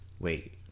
Wait